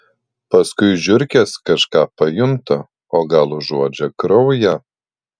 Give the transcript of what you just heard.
paskui žiurkės kažką pajunta o gal užuodžia kraują